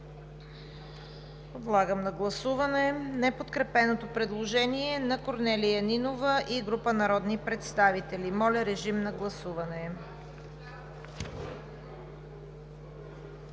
Подлагам на гласуване неподкрепеното предложение на Корнелия Нинова и група народни представители. Гласували